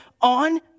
on